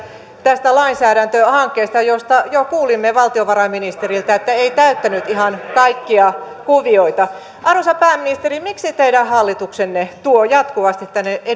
tästä lainsäädäntöhankkeesta josta jo kuulimme valtiovarainministeriltä että se ei täyttänyt ihan kaikkia kuvioita arvoisa pääministeri miksi teidän hallituksenne tuo jatkuvasti tänne